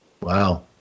wow